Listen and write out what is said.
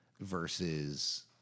versus